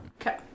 Okay